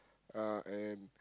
uh and